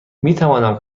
میتوانم